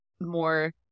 more